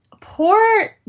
Poor